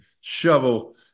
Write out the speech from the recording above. shovel